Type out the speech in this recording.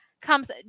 comes